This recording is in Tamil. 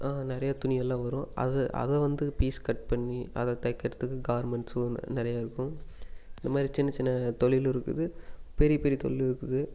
நிறைய துணிகள்லாம் வரும் அது அதை வந்து பீஸ் கட் பண்ணி அதை தைக்கிறதுக்கு கார்மெண்ட்ஸும் நிறைய இருக்கும் இந்த மாதிரி சின்ன சின்ன தொழிலும் இருக்குது பெரிய பெரிய தொழிலும் இருக்குது